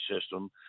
system